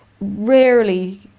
rarely